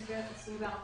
יש בערך 24,